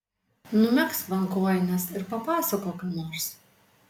numegzk man kojines ir papasakok ką nors